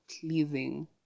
pleasing